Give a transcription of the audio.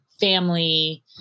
family